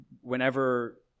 Whenever